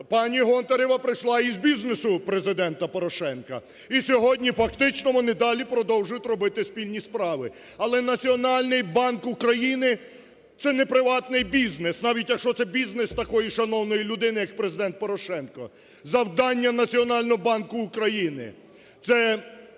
Пані Гонтарева прийшла із бізнесу Президента Порошенка і сьогодні фактично вони далі продовжують робити спільні справи. Але Національний банк України - це неприватний бізнес навіть, якщо це бізнес такої шановної людини як Президент Порошенко. Завдання Національного банку України – це